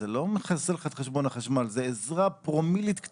זה לא מכסה לך את חשבון החשמל,